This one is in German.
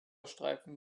streifen